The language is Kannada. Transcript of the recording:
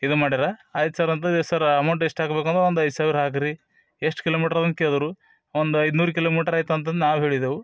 ಇದು ಮಾಡ್ಯಾರ ಆಯ್ತು ಸರ್ ಅಂತೆ ಸರ್ ಅಮೌಂಟ್ ಎಷ್ಟು ಹಾಕ್ಬೇಕು ಅಂದ್ರೆ ಒಂದು ಐದು ಸಾವಿರ ಹಾಕಿರಿ ಎಷ್ಟು ಕಿಲೋಮೀಟ್ರ್ ಅದ ಅಂತ ಕೇಳಿದರು ಒಂದು ಐದ್ನೂರು ಕಿಲೋಮೀಟ್ರ್ ಐತ ಅಂತಂತ ನಾವು ಹೇಳಿದೆವು